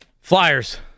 Flyers